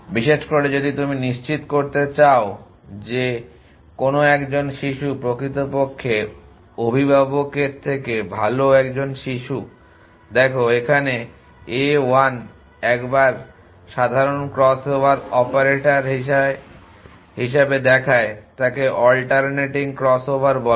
বিশেষ করে যদি তুমি নিশ্চিত করতে চাও যে কোনো একজন শিশু অন্ততপক্ষে অভিভাবকের থেকে ভালো একজন শিশু দেখো এখানে a 1 একবার সাধারণ ক্রসওভার অপারেটর হিসাবে দেখায় তাকে অল্টারনেটিং ক্রসওভার বলা হয়